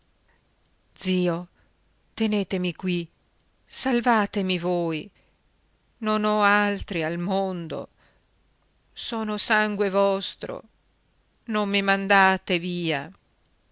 zio tenetemi qui salvatemi voi non ho altri al mondo sono sangue vostro non mi mandate via